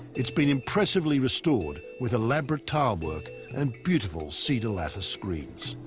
it's been impressively restored with elaborate tile work and beautiful cedar lattice screens.